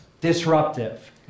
disruptive